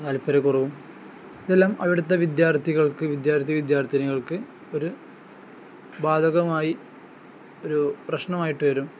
താല്പര്യക്കറവും ഇതെല്ലാം അവിടുത്തെ വിദ്യാർത്ഥികൾക്ക് വിദ്യാർത്ഥി വിദ്യാർത്ഥിനികൾക്ക് ഒരു ബാധകമായി ഒരു പ്രശ്നമായിട്ടു വരും